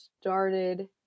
started